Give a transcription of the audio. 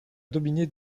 dominer